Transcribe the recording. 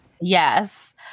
Yes